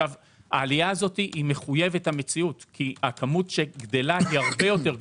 העלייה הזאת היא מחויבת המציאות כי הכמות הגדלה הרבה יותר גדולה,